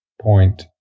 point